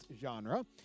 genre